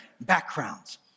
backgrounds